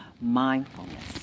mindfulness